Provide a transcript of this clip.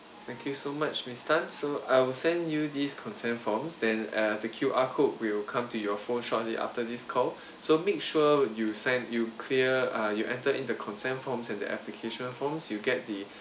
thank you so much miss tan so I will send you this consent forms then uh the Q_R code will come to your phone shortly after this call so make sure you sign you clear uh you enter in the consent forms and the application forms you get the